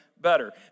better